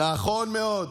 נכון מאוד.